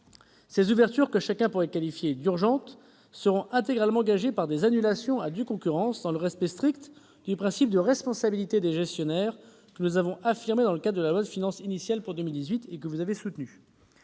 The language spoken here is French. Ces ouvertures, que chacun pourra qualifier d'urgentes, seront intégralement gagées par des annulations à due concurrence, dans le respect strict du principe de responsabilité des gestionnaires, que nous avons affirmé dans le cadre de la loi de finances initiale pour 2018, et que vous avez soutenu.